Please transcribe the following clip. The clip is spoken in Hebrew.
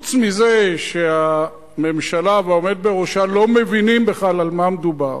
חוץ מזה שהממשלה והעומד בראשה לא מבינים בכלל על מה מדובר,